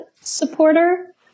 supporter